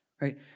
right